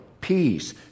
peace